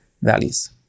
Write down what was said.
Valleys